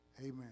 Amen